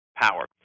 power